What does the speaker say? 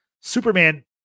Superman